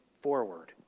forward